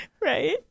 Right